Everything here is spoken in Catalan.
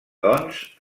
doncs